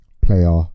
player